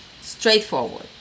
straightforward